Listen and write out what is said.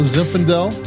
Zinfandel